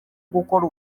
gukora